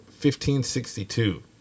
1562